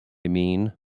mean